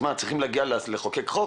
אז מה, צריכים להגיע עד לחוקק חוק?